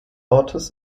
ortes